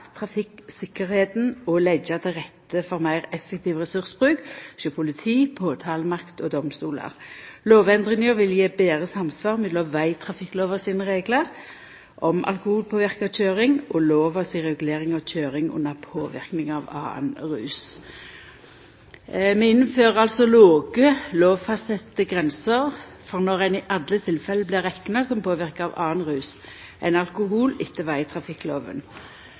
og leggja til rette for meir effektiv ressursbruk hos politi, påtalemakt og domstolar. Lovendringa vil gje betre samsvar mellom reglane i vegtrafikklova om alkoholpåverka kjøring og lova si regulering av kjøring under påverknad av annan rus. Vi innfører altså låge lovfastsette grenser for når ein i alle tilfelle blir rekna som påverka av annan rus enn alkohol etter